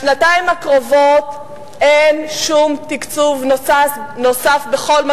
לשנתיים הקרובות אין שום תקצוב נוסף בכל מה